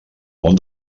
món